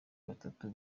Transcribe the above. batatu